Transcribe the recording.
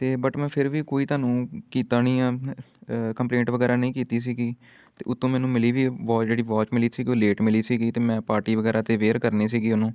ਅਤੇ ਬਟ ਮੈਂ ਫਿਰ ਵੀ ਕੋਈ ਤੁਹਾਨੂੰ ਕੀਤਾ ਨਹੀਂ ਆ ਕੰਪਲੇਂਟ ਵਗੈਰਾ ਨਹੀਂ ਕੀਤੀ ਸੀਗੀ ਅਤੇ ਉੱਤੋਂ ਮੈਨੂੰ ਮਿਲੀ ਵੀ ਵੋਚ ਜਿਹੜੀ ਵੋਚ ਮਿਲੀ ਸੀਗੀ ਉਹ ਲੇਟ ਮਿਲੀ ਸੀਗੀ ਅਤੇ ਮੈਂ ਪਾਰਟੀ ਵਗੈਰਾ 'ਤੇ ਵੇਅਰ ਕਰਨੀ ਸੀਗੀ ਉਹਨੂੰ